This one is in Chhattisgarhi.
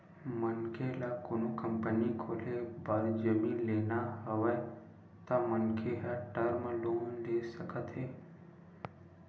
मनखे ल कोनो कंपनी खोले बर जमीन लेना हवय त मनखे ह टर्म लोन ले सकत हे